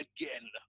again